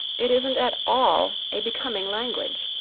it isn't at all a becoming language.